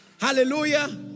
Hallelujah